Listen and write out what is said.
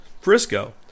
Frisco